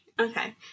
Okay